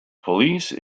police